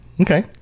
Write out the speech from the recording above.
Okay